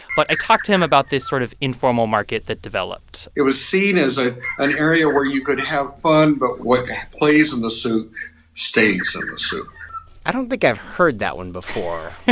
but i talked to him about this sort of informal market that developed it was seen as an area where you could have fun, but what plays in the souk stays in the souk i don't think i've heard that one before